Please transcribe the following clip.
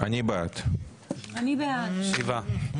שבעה.